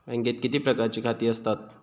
बँकेत किती प्रकारची खाती आसतात?